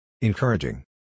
Encouraging